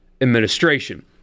administration